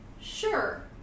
Sure